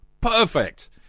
Perfect